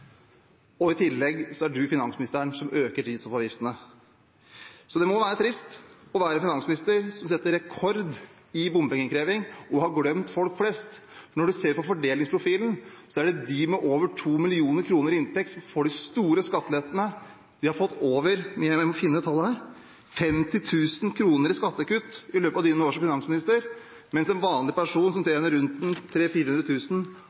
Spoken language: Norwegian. I tillegg er hun finansministeren som øker drivstoffavgiftene. Det må være trist å være en finansminister som setter rekord i bompengeinnkreving, og som har glemt folk flest. Når en ser på fordelingsprofilen, er det de med over 2 mill. kr i inntekt som får de store skattelettene. De har fått – jeg må finne tallet her – over 50 000 kr i skattekutt i løpet av hennes år som finansminister, mens en vanlig person som